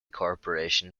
corporation